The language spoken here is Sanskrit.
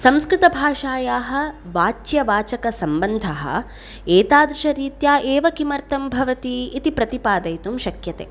संस्कृतभाषायाः वाच्यवाचकसम्बन्धः एतादृशरीत्या एव किमर्तं भवति इति प्रतिपादयितुं शक्यते